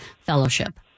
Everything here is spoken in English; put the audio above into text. Fellowship